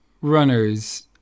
runners